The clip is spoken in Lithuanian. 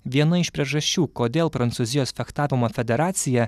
viena iš priežasčių kodėl prancūzijos fechtavimo federacija